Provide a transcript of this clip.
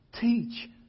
teach